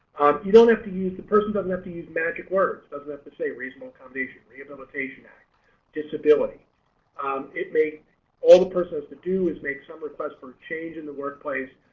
you don't have to use the person doesn't have to use magic words doesn't have to say reasonable accommodation rehabilitation act disability it make all the person has to do is make someone's bus for a change in the workplace,